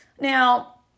Now